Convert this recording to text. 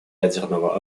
ядерного